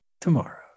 tomorrow